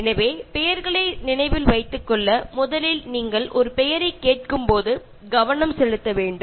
எனவே பெயர்களை நினைவில் வைத்துக் கொள்ள நீங்கள் முதலில் ஒரு பெயரைக் கேட்கும்போது கவனம் செலுத்த வேண்டும்